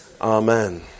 Amen